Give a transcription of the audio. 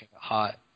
hot